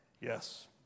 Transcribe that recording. Yes